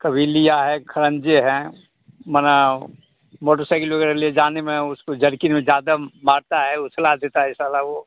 कभी लिया है खड़ंजे हैं मना मोटरसइकिल वग़ैरह ले जाने में उसको जरकिन वह ज़्यादा मारता है उछला देता है साला वह